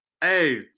Hey